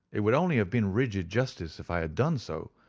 it would only have been rigid justice if i had done so,